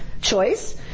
choice